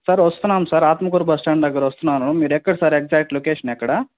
sir వస్తున్నాము sir Atmakur bus stand దగ్గరొస్తున్నాను మీరెక్కడ సార్ ఎగ్జాట్ లొకేషన్ ఎక్కడ